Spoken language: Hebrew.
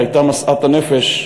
שהייתה משאת הנפש,